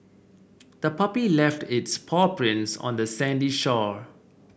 the puppy left its paw prints on the sandy shore